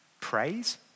praise